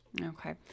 okay